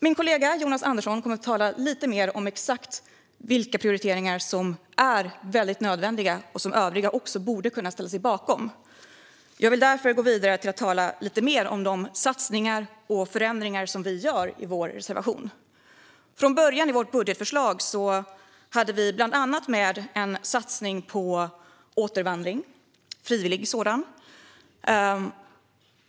Min kollega Jonas Andersson kommer att tala lite mer om exakt vilka prioriteringar som är mycket nödvändiga och som övriga också borde kunna ställa sig bakom. Jag vill därför gå vidare till att tala lite mer om de satsningar och förändringar som vi föreslår i vår reservation. I vårt budgetförslag hade vi från början med en satsning på återvandring - frivillig sådan.